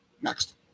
Next